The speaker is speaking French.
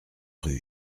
rue